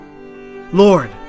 Lord